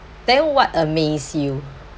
then what amaze you